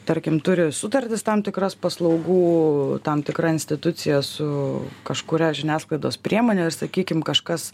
tarkim turi sutartis tam tikras paslaugų tam tikra institucija su kažkuria žiniasklaidos priemone ir sakykim kažkas